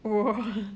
!wah!